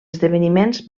esdeveniments